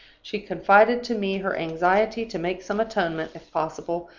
she confided to me her anxiety to make some atonement, if possible,